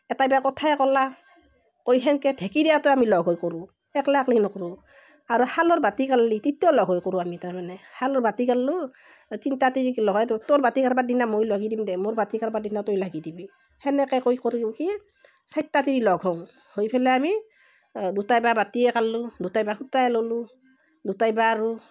এটাই বা কথায়ে কলাক কৈ সেনেকৈ ঢেঁকী দিওঁতেও আমি লগ হৈ কৰোঁ একলা একলাই নকৰোঁ আৰু শালৰ বাতি কাঢ়লি তিত্তাও লগ হৈ কৰোঁ আমি তাৰমানে শালৰ বাতি কাঢ়িলোঁ তিনিটা তিৰিক লগাই দেওঁ তোৰ বাতি কাঢ়িব দিনা মই লাগি দিম দে মোৰ বাতি কাঢ়িব দিনা তই লাগি দিবি সেনেকৈ কৈ কৰোঁ কি চাৰিটা তিৰি লগ হওঁ হৈ পেলাই আমি দুটাই বা বাতিয়েই কাঢ়িলোঁ দুটাই বা সূতাই ল'লোঁ দুটাই বা আৰু